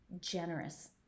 generous